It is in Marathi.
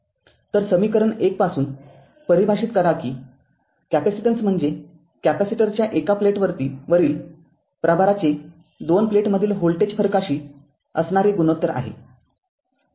तर समीकरण १ पासून परिभाषित करा की कॅपेसिटेन्स म्हणजे कॅपेसिटेरच्या एका प्लेटवरील प्रभाराचे दोन प्लेटमधील व्होल्टेज फरकाशी असणारे गुणोत्तर आहे